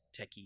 techie